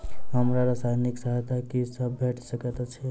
हमरा सामाजिक सहायता की सब भेट सकैत अछि?